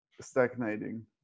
stagnating